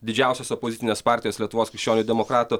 didžiausios opozicinės partijos lietuvos krikščionių demokratų